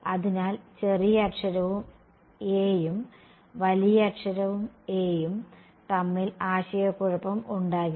അതിനാൽ ചെറിയ അക്ഷരവും aയും വലിയ അക്ഷരവും a യും തമ്മിൽ ആശയക്കുഴപ്പം ഉണ്ടാകില്ല